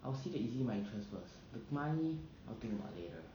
I will see if it's in my interests first the money I'll think about it later